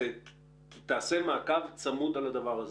תעשה מעקב צמוד על הדבר הזה.